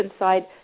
inside